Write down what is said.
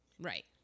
Right